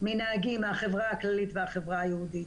מאשר נהגים מהחברה הכללית והחברה היהודית.